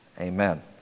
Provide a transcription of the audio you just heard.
Amen